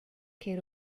che